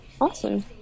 Awesome